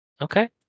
Okay